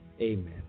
Amen